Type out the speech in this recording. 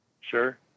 Sure